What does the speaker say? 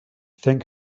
thing